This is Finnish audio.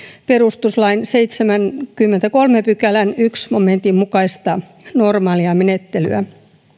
perustuslain seitsemännenkymmenennenkolmannen pykälän ensimmäisen momentin mukaista normaalia menettelyä